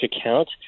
account